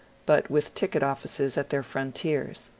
but with ticket offices at their frontiers.